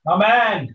Amen